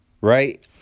Right